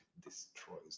destroys